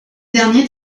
dernier